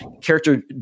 character